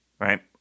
right